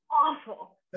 awful